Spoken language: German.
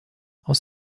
aus